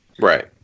Right